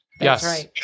Yes